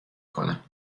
کنم